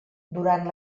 durant